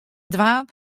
dwaan